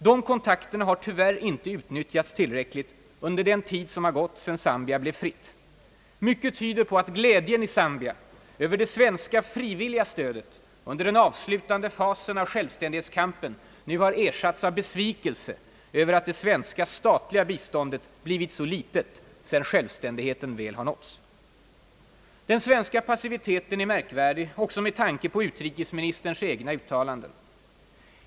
De kontakterna har tyvärr inte utnyttjats tillräckligt under den tid som har gått sedan Zambia blev fritt. Mycket tyder på att glädjen i Zambia över det svenska frivilliga stödet under den avslutande fasen av självständighetskampen nu har ersatts av besvikelse över att det svenska statliga biståndet har blivit så litet sedan självständigheten väl har nåtts. Den svenska passiviteten är märkvärdig också med tanke på utrikesministerns egna uttalanden.